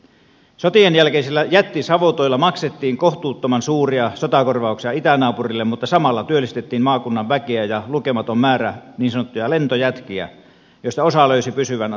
sotien jälkeisillä jättisavotoilla maksettiin kohtuuttoman suuria sotakorvauksia itänaapurille mutta samalla työllistettiin maakunnan väkeä ja lukematon määrä niin sanottuja lentojätkiä joista osa löysi pysyvänä tulevaisuutensa lapissa